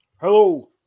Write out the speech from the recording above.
Hello